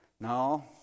No